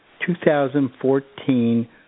2014